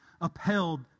upheld